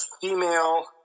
female